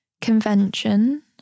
convention